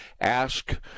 ask